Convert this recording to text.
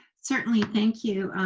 certainly, thank you.